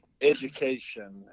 Education